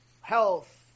health